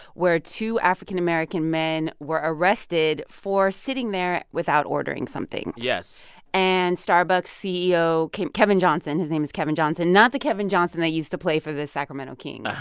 where two african-american men were arrested for sitting there without ordering something yes and starbucks ceo kevin johnson his name is kevin johnson, not the kevin johnson that used to play for the sacramento kings